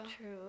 True